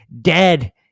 dead